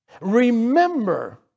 Remember